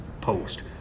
post